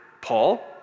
Paul